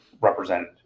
represented